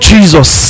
Jesus